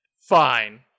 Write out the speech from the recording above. fine